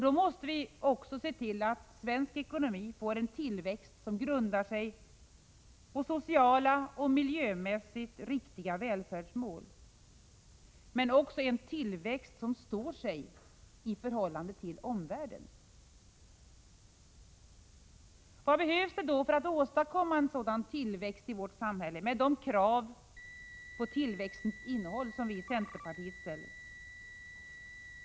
Då måste vi också se till att svensk ekonomi får en tillväxt som grundar sig på sociala och miljömässigt riktiga välfärdsmål, men också en tillväxt som står sig i förhållande till omvärlden. Vad behövs det då för att åstadkomma en sådan tillväxt i vårt samhälle med de krav på tillväxtens innehåll som vi i centerpartiet ställer?